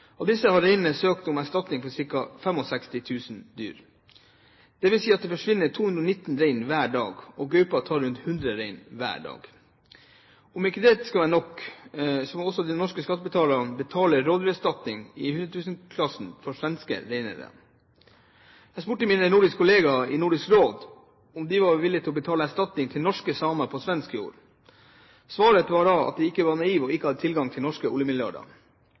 Av disse har reineierne søkt om erstatning for ca. 65 000 dyr. Det vil si at det forsvinner 219 rein hver dag, og at gaupa tar rundt 100 rein hver dag. Om ikke dette skal være nok, så må også norske skattebetalere betale rovdyrerstatning i hundretusenkronersklassen til svenske reineiere. Jeg spurte mine kollegaer i Nordisk Råd om de var villige til å betale erstatning til norske samer på svensk jord. Svaret var da at de ikke var naive, og at de ikke hadde tilgang til de norske